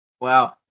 wow